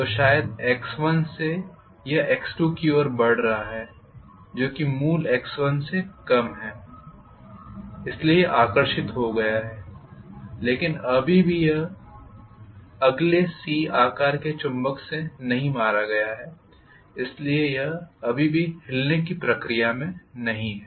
तो शायद x1से यह x2की ओर बढ़ रहा है जो कि मूल x1से कम है इसलिए यह आकर्षित हो गया है लेकिन अभी भी यह अगले "C" आकार के चुंबक से नहीं मारा गया है इसलिए यह अभी भी हिलने की प्रक्रिया में ही है